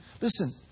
Listen